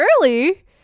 early